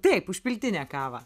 taip užpiltinę kavą